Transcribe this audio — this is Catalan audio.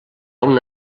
una